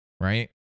Right